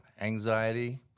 anxiety